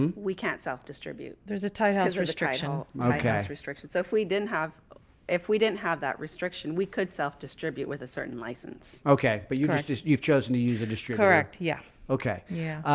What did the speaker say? um we can't self distribute. there's a time restriction restriction. so if we didn't have if we didn't have that restriction, we could self distribute with a certain license. okay. but you've you've chosen to use a district correct? yeah. okay. yeah.